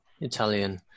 Italian